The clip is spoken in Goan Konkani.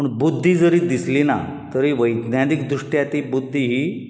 पूण बुध्दी जरी दिसली ना तरी वैज्ञानीक दृश्ट्या ती बुद्धी